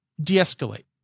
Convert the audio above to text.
de-escalate